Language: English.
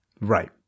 Right